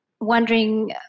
Wondering